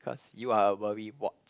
cause you are a worrywart